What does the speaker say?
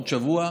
עוד שבוע,